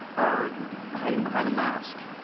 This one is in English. are hiding behind a mask.